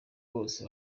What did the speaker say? bose